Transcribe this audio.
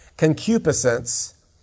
Concupiscence